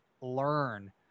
learn